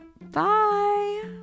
Bye